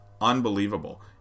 unbelievable